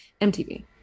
MTV